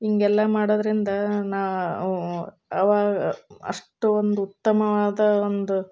ಹಿಂಗೆಲ್ಲ ಮಾಡೋದರಿಂದ ನಾ ಆವಾಗ ಅಷ್ಟು ಒಂದು ಉತ್ತಮವಾದ ಒಂದು